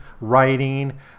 writing